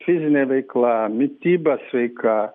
fizinė veikla mityba sveika